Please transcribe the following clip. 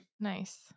nice